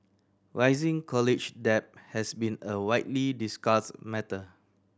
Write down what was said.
rising college debt has been a widely discussed matter